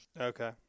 Okay